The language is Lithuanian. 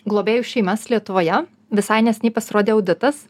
globėjų šeimas lietuvoje visai neseniai pasirodė auditas